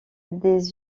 des